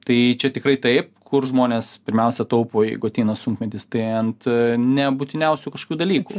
tai čia tikrai taip kur žmonės pirmiausia taupo jeigu ateina sunkmetis tai ant nebūtiniausių kažkokių dalykų